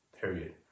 period